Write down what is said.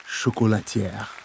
Chocolatière